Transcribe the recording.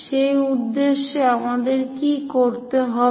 সেই উদ্দেশ্যে আমাদের কি করতে হবে